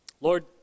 Lord